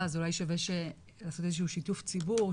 אז אולי שווה לעשות איזשהו שיתוף ציבור,